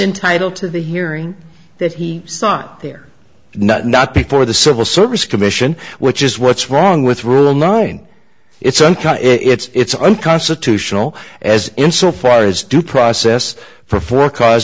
entitle to the hearing that he sought there not not before the civil service commission which is what's wrong with rule nine it's a it's unconstitutional as in so far as due process for for cause